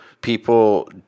people